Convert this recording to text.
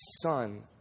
son